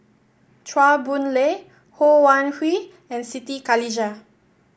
Chua Boon Lay Ho Wan Hui and Siti Khalijah